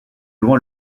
loin